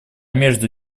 между